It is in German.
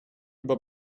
über